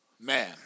Man